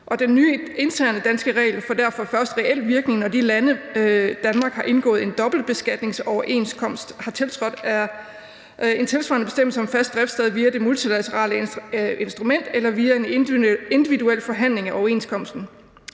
Den nye interne danske regel får derfor først reel virkning, når de lande, som Danmark har indgået en dobbeltbeskatningsoverenskomst med, har tiltrådt en tilsvarende bestemmelse om fast driftssted via det multilaterale instrument eller via en individuel forhandling af overenskomsten.